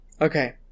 Okay